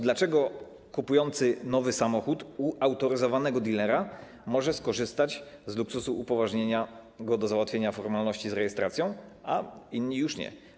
Dlaczego kupujący nowy samochód u autoryzowanego dilera może skorzystać z luksusu upoważnienia go do załatwienia formalności związanych z rejestracją, a inni już nie?